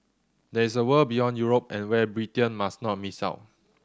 there is a world beyond Europe and where Britain must not miss out